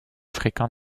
fréquent